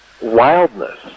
wildness